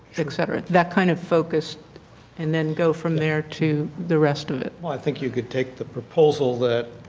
etc. that kind of focus and then go from there to the rest of it. i think you could take the proposal that